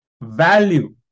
value